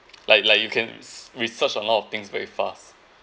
like like you can research on lot of things very fast